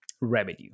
revenue